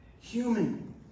human